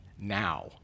now